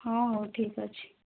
ହଁ ହେଉ ଠିକ ଅଛି